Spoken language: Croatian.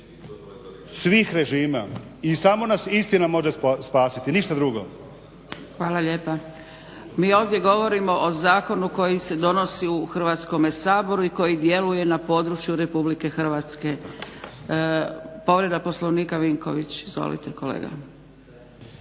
svih režima i samo nas istina može spasiti ništa drugo. **Zgrebec, Dragica (SDP)** Hvala lijepa. Mi ovdje govorimo o zakonu koji se donosi u Hrvatskome saboru i koji djeluje na području RH. povreda Poslovnika Vinković. Izvolite kolega.